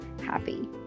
happy